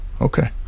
Okay